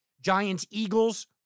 Giants-Eagles